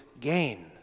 gain